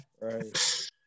right